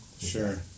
Sure